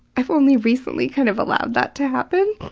i've only recently kind of allowed that to happen